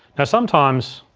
now, sometimes,